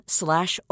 slash